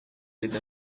with